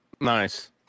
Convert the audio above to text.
Nice